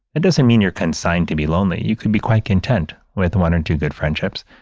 it doesn't mean you're consigned to be lonely. you can be quite content with one or two good friendships.